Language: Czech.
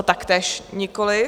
Taktéž nikoliv.